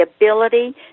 ability